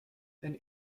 and